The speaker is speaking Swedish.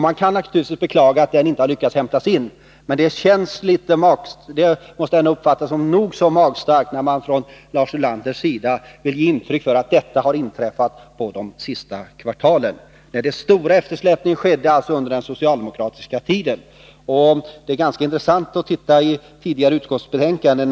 Man kan naturligtvis beklaga att vi inte har lyckats hämta in den. Men det måste ändå uppfattas som nog så magstarkt när man från Lars Ulanders sida vill ge intryck av att detta har inträffat under de senaste kvartalen. Den stora eftersläpningen skedde alltså under den socialdemokratiska tiden. Det är ganska intressant att titta i tidigare utskottsbetänkanden.